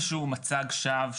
זה לא המצב.